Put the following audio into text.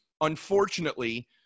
Unfortunately